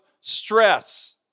stress